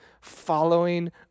following